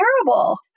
terrible